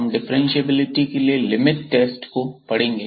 हम डिफ्रेंशिएबिलिटी के लिए लिमिट टेस्ट को पढ़ेंगे